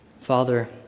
Father